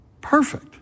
perfect